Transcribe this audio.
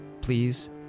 please